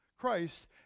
Christ